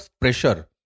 pressure